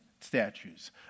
statues